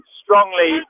strongly